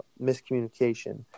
miscommunication